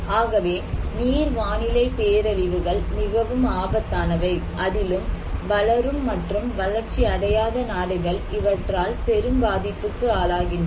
ஆகவே நீர் வானிலை பேரழிவுகள் மிகவும் ஆபத்தானவை அதிலும் வளரும் மற்றும் வளர்ச்சி அடையாத நாடுகள் இவற்றால் பெரும் பாதிப்புக்கு ஆளாகின்றன